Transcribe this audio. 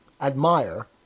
admire